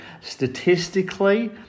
statistically